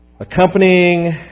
Accompanying